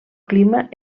clima